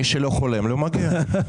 מי שחולם לא מגיע.